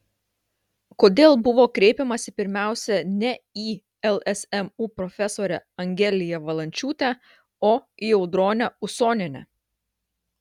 kodėl buvo kreipiamasi pirmiausia ne į lsmu profesorę angeliją valančiūtę o į audronę usonienę